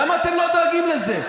למה אתם לא דואגים לזה?